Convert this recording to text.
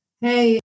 hey